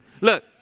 Look